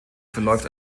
verläuft